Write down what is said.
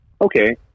okay